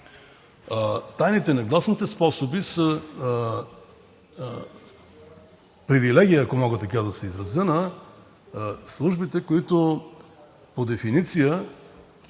Тайните, негласните способи са привилегия, ако мога така да се изразя, на службите, които по дефиниция